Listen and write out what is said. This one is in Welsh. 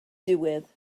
diwedd